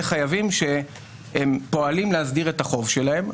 חייבים שפועלים להסדיר את החוב שלהם,